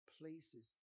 places